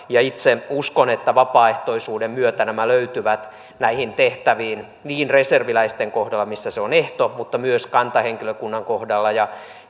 itse uskon että vapaaehtoisuuden myötä nämä henkilöt löytyvät näihin tehtäviin niin reserviläisten kohdalla missä se on ehto mutta myös kantahenkilökunnan kohdalla